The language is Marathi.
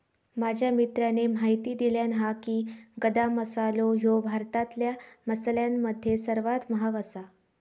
माझ्या मित्राने म्हायती दिल्यानं हा की, गदा मसालो ह्यो भारतातल्या मसाल्यांमध्ये सर्वात महाग आसा